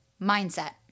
mindset